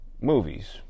movies